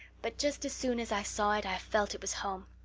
but just as soon as i saw it i felt it was home.